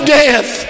death